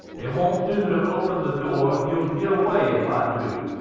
it won't do to open the door he'll git away if i do.